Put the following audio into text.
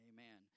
Amen